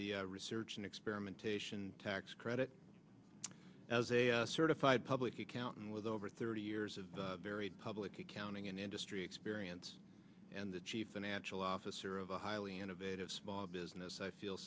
the research and experimentation tax credit as a certified public accountant with over thirty years of very public accounting and industry experience and the chief financial officer of a highly innovative small business i feel